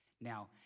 Now